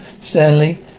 Stanley